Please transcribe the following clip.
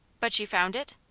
but you found it?